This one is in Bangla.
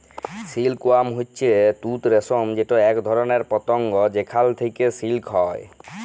সিল্ক ওয়ার্ম হচ্যে তুত রেশম যেটা এক ধরণের পতঙ্গ যেখাল থেক্যে সিল্ক হ্যয়